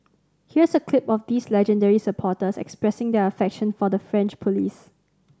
here's a clip of these legendary supporters expressing their affection for the French police